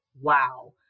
wow